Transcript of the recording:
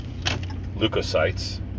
leukocytes